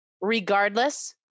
regardless